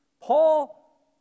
Paul